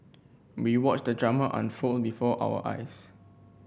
we watched the drama unfold before our eyes